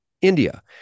India